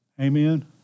Amen